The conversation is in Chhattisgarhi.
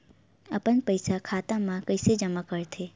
अपन पईसा खाता मा कइसे जमा कर थे?